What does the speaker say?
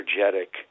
energetic